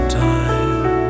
time